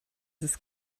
ist